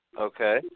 Okay